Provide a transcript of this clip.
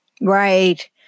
Right